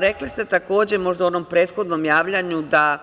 Rekli ste takođe, možda u onom prethodnom javljanju, da